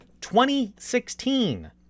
2016